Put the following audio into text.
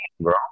Bro